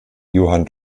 johann